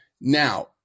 Now